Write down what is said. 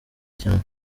cyane